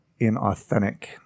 inauthentic